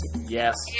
Yes